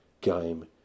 game